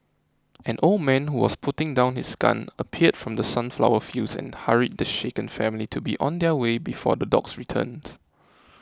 an old man who was putting down his gun appeared from the sunflower fields and hurried the shaken family to be on their way before the dogs returned